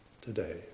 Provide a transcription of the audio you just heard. today